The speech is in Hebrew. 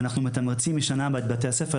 ואנחנו מתמרצים את בתי הספר,